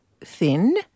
thin